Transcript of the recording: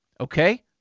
Okay